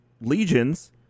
legions